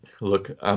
Look